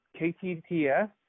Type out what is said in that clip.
KTTS